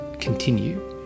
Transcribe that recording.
continue